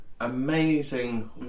amazing